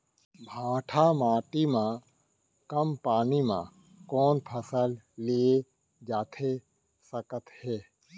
भांठा माटी मा कम पानी मा कौन फसल लिए जाथे सकत हे?